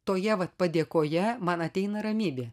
toje vat padėkoje man ateina ramybė